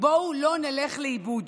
בואו לא נלך לאיבוד,